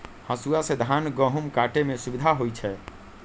हसुआ से धान गहुम काटे में सुविधा होई छै